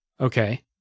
okay